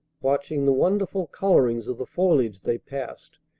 watching the wonderful colorings of the foliage they passed,